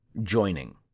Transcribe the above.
joining